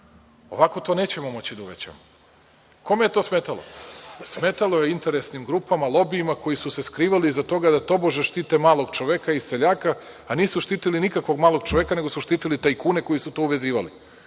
Ovako to nećemo moći da uvećamo. Kome je to smetalo? Smetalo je interesnim grupama, lobijima koji su se skrivali iza toga da tobože štite malog čoveka i seljaka, a nisu štitili nikakvog malog čoveka nego su štitili tajkune koji su to uvezivali,